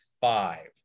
five